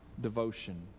devotion